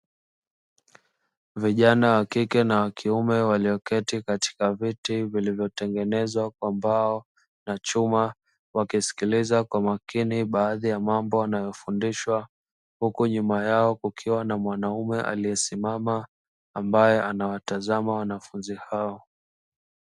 Vijana wa kike na wa kiume walioketi katika viti vilivyotengenezwa kwa mbao na chuma, wakisikiliza kwa makini baadhi ya mambo wanayofundishwa, huku nyuma yao kukiwa na mwanaume aliyesimama ambaye anawatazama wanafunzi hao.